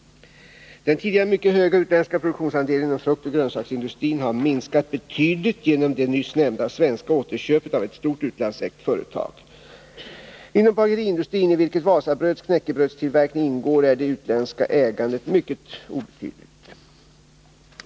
Den tidigare mycket höga utländska produktionsandelen inom fruktoch grönsaksindustrin har minskat betydligt genom det nyss nämnda svenska återköpet av ett stort utlandsägt företag. Inom bageriindustrin, i vilken Wasabröds knäckebrödstillverkning ingår, är det utländska ägandet mycket obetydligt.